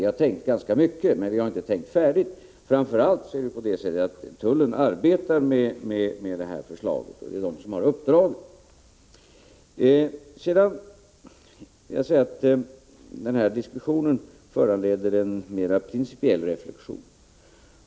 Vi har tänkt ganska mycket, men vi harinte tänkt färdigt. Framför allt är det på det sättet att det är tullen som har uppdraget och arbetar med förslaget. Sedan vill jag säga att den här diskussionen föranleder en mera principiell reflexion.